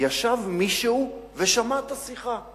ישב מישהו ושמע את השיחה,